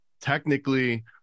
technically